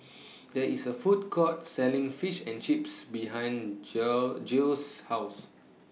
There IS A Food Court Selling Fish and Chips behind Geo Geo's House